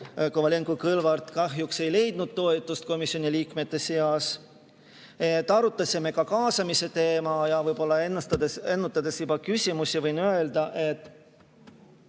Kovalenko-Kõlvart, kahjuks ei leidnud toetust komisjoni liikmete seas. Arutasime ka kaasamise teemat. Võib-olla ennetades küsimusi, võin öelda, et